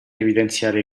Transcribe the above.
evidenziare